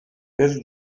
per